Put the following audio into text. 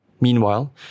Meanwhile